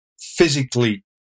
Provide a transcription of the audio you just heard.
physically